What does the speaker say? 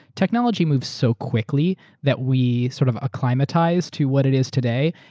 technology moves so quickly that we sort of acclimatize to what it is today.